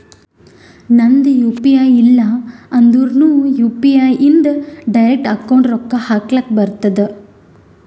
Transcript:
ನಂದ್ U P I ಇಲ್ಲ ಅಂದುರ್ನು ಯು.ಪಿ.ಐ ಇಂದ್ ಡೈರೆಕ್ಟ್ ಅಕೌಂಟ್ಗ್ ರೊಕ್ಕಾ ಹಕ್ಲಕ್ ಬರ್ತುದ್